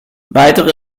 weitere